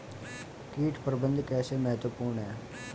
कीट प्रबंधन कैसे महत्वपूर्ण है?